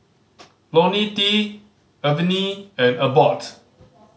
Ionil T Avene and Abbott